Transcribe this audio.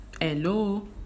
hello